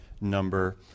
number